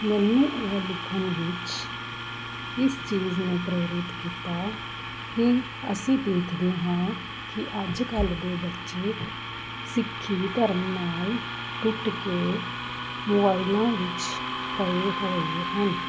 ਮੈਨੂੰ ਇਹ ਲਿਖਣ ਵਿੱਚ ਇਸ ਚੀਜ਼ ਨੇ ਪ੍ਰੇਰਿਤ ਕੀਤਾ ਕਿ ਅਸੀਂ ਦੇਖਦੇ ਹਾਂ ਕਿ ਅੱਜ ਕੱਲ੍ਹ ਦੇ ਬੱਚੇ ਸਿੱਖੀ ਧਰਮ ਨਾਲ ਟੁੱਟ ਕੇ ਮੋਬਾਈਲਾਂ ਵਿੱਚ ਪਏ ਹੋਏ ਹਨ